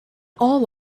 all